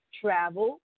travel